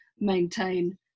maintain